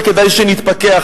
וכדאי שנתפכח,